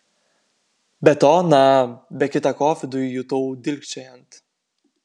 be to na be kita ko viduj jutau dilgčiojant